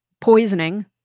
poisoning